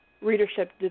readership